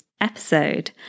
episode